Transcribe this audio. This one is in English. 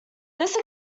this